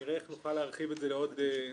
נראה איך נוכל להרחיב את זה לעוד ישיבות,